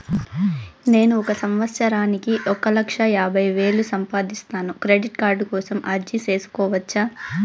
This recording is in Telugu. నేను ఒక సంవత్సరానికి ఒక లక్ష యాభై వేలు సంపాదిస్తాను, క్రెడిట్ కార్డు కోసం అర్జీ సేసుకోవచ్చా?